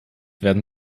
werden